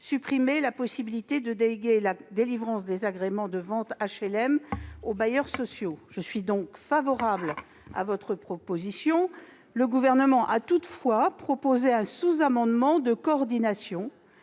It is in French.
supprimé la possibilité de déléguer la délivrance des agréments de vente HLM aux bailleurs sociaux. Je suis donc favorable à votre proposition. Le Gouvernement propose toutefois un sous-amendement de coordination,